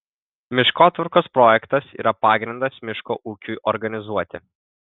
miškotvarkos projektas yra pagrindas miško ūkiui organizuoti